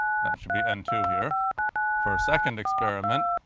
should be n two here for a second experiment,